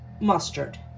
mustard